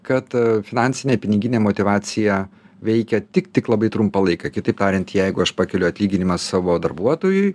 kad finansinė piniginė motyvacija veikia tik tik labai trumpą laiką kitaip tariant jeigu aš pakeliu atlyginimą savo darbuotojui